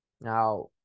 Now